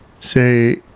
say